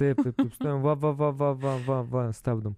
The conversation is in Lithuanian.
taip taip va va va va va va va stabdom